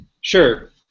Sure